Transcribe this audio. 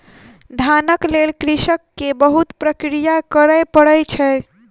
धानक लेल कृषक के बहुत प्रक्रिया करय पड़ै छै